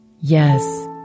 Yes